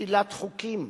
פסילת חוקים,